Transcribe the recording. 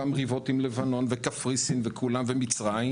והמריבות עם לבנון וקפריסין ומצרים,